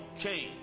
change